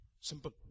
Simple